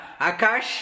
Akash